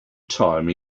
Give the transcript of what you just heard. time